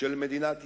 של מדינת ישראל.